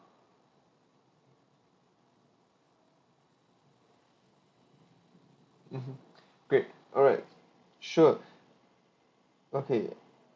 mmhmm great alright sure okay